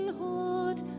heart